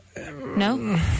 No